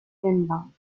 dreamland